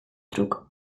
truk